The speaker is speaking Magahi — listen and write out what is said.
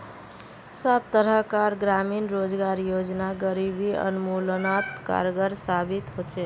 सब तरह कार ग्रामीण रोजगार योजना गरीबी उन्मुलानोत कारगर साबित होछे